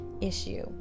issue